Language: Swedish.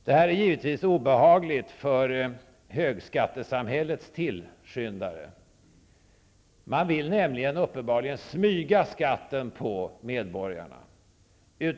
Det här är givetvis obehagligt för högskattesamhällets tillskyndare. Man vill nämligen uppenbarligen smyga med skatten för medborgarna.